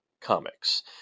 comics